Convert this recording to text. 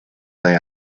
they